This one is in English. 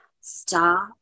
Stop